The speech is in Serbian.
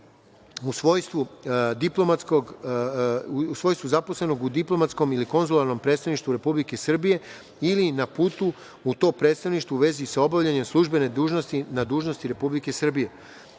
u svojstvu zaposlenog u diplomatskom ili konzularnom predstavništvu Republike Srbije ili na putu u to predstavništvo u vezi sa obavljanjem službene dužnosti na dužnosti Republike